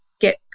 get